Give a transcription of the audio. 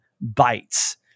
Bites